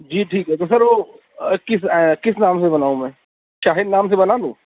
جی ٹھیک ہے تو سر وہ کس کس نام سے بناؤں میں شاہین نام سے بنا دوں